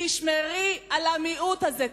תשמרי על המיעוט הזה,